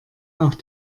auch